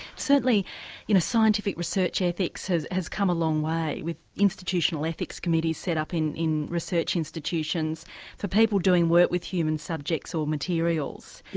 certainly you know scientific research ethics has has come a long way with institutional ethics committees set up in in research institutions for people doing work with human subjects or materials.